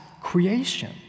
creation